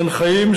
בן חיים,